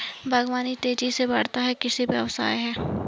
बागवानी तेज़ी से बढ़ता हुआ कृषि व्यवसाय है